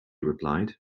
replied